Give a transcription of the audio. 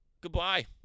goodbye